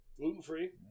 gluten-free